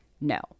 no